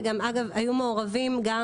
ואגב היו מעורבים גם